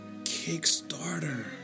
Kickstarter